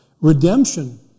Redemption